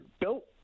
built